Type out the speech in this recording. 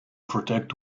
protect